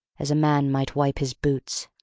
as a man might wipe his boots.